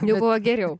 jau buvo geriau